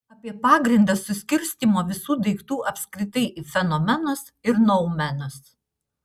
apie pagrindą suskirstymo visų daiktų apskritai į fenomenus ir noumenus